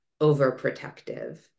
overprotective